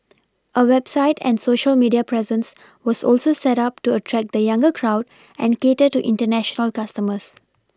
a website and Social media presence was also set up to attract the younger crowd and cater to international customers